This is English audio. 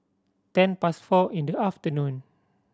ten past four in the afternoon